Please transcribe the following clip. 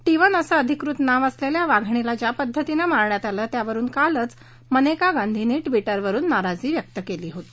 T one असं अधिकृत नाव असलेल्या या वाधिणीला ज्या पद्धतीने मारण्यात आलं त्यावरुन कालच मनेका गांधींनी ट्विटरवरुन नाराजी व्यक्त केली होती